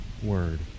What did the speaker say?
word